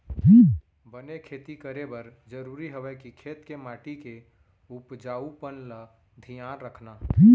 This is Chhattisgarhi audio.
बने खेती करे बर जरूरी हवय कि खेत के माटी के उपजाऊपन ल धियान रखना